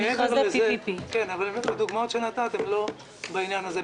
על מכרזי PPP. אבל הדוגמאות שהצגת הן לא בעניין הזה.